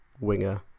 winger